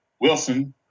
Wilson